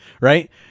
right